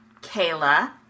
Kayla